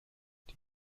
die